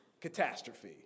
catastrophe